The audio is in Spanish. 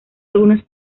algunos